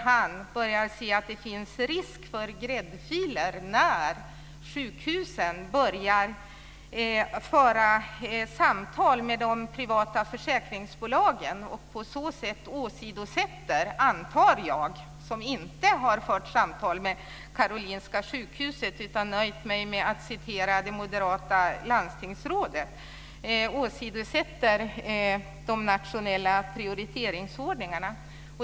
Han börjar se att det finns risk för gräddfiler när sjukhusen börjar föra samtal med de privata försäkringsbolagen och på så sätt åsidosätter - antar jag som inte har fört samtal med Karolinska sjukhuset utan nöjt mig med att citera det moderata landstingsrådet - de nationella prioriteringsordningarna.